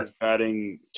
batting